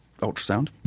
ultrasound